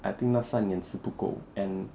I think 那三年是不够 and